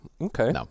Okay